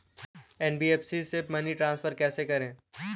NBFC से money transfer कैसे करें?